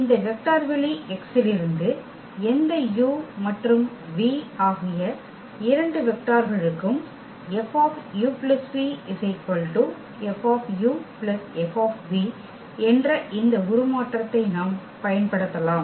இந்த வெக்டர் வெளி X இலிருந்து எந்த u மற்றும் v ஆகிய இரண்டு வெக்டர்களுக்கும் F u v F F என்ற இந்த உருமாற்றத்தை நாம் பயன்படுத்தலாம்